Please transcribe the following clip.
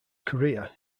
career